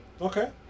okay